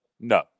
No